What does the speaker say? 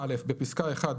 (א)בפסקה (1),